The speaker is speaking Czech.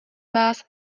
vás